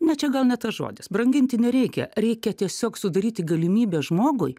na čia gal ne tas žodis branginti nereikia reikia tiesiog sudaryti galimybę žmogui